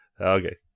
Okay